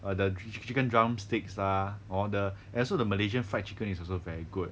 the chic~ chicken drumsticks lah hor the and also the malaysian fried chicken is also very good